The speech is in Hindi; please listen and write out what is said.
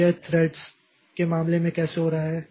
तो यह थ्रेड्स के मामले में कैसे हो रहा है